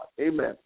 Amen